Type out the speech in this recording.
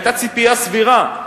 היתה ציפייה סבירה,